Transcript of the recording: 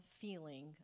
feeling